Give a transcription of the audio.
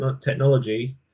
technology